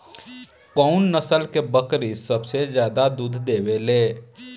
कउन नस्ल के बकरी सबसे ज्यादा दूध देवे लें?